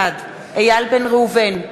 בעד איל בן ראובן,